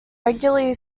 regularly